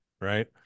right